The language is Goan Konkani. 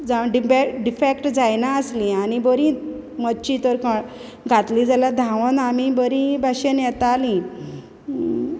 जां डिबॅ डिफॅक्ट जायना आसलीं आनी बरी मोच्चे तर को घातले जाल्या धावोन आमी बरी भाशेन येतालीं